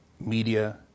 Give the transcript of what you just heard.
media